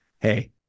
Hey